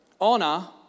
honor